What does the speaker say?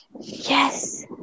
yes